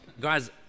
Guys